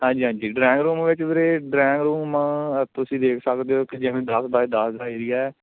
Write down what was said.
ਹਾਂਜੀ ਹਾਂਜੀ drawing room ਵਿੱਚ ਵੀਰੇ ਡਰਾਇੰਗ ਰੂਮ ਹ ਤੁਸੀਂ ਦੇਖ ਸਕਦੇ ਹੋ ਕਿ ਜਿਵੇਂ ਦਸ ਬਾਏ ਦਸ ਦਾ ਏਰੀਆ